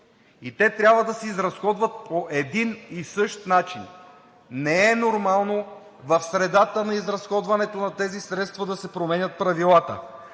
и те трябва да се изразходват по един и същ начин. Не е нормално в средата на изразходването на тези средства да се променят правилата.